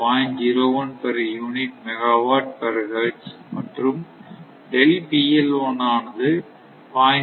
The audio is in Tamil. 01 per unit megawatt per hertz மற்றும் ஆனது 0